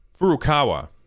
Furukawa